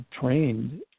trained